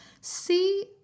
see